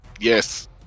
Yes